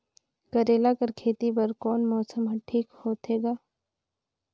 करेला कर खेती बर कोन मौसम हर ठीक होथे ग?